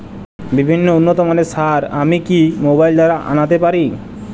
বিভিন্ন উন্নতমানের সার আমি কি মোবাইল দ্বারা আনাতে পারি?